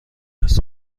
است